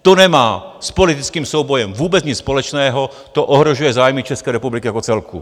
To nemá s politickým soubojem vůbec nic společného, to ohrožuje zájmy České republiky jako celku.